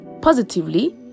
positively